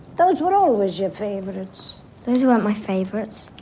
those were always your favorites those weren't my favorites.